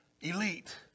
Elite